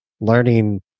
learning